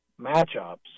matchups